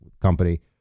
company